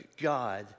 God